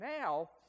now